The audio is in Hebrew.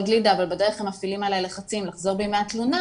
גלידה אבל בדרך הם מפעילים עלי לחצים לחזור בי מהתלונה'